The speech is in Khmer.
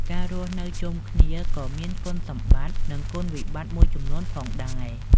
ការរស់នៅជុំគ្នាក៏មានគុណសម្បត្តិនឹងគុណវិបត្តិមួយចំនួនផងដែរ ។